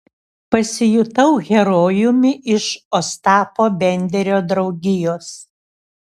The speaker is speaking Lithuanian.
pasijutau herojumi iš ostapo benderio draugijos